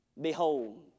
Behold